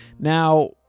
Now